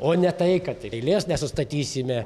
o ne tai kad ir eilės nenustatysime